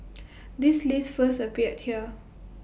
this list first appeared here